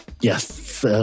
Yes